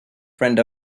friend